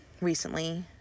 recently